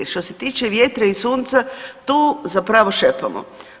Što se tiče vjetra i sunca tu zapravo šepamo.